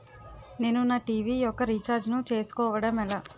నేను నా టీ.వీ యెక్క రీఛార్జ్ ను చేసుకోవడం ఎలా?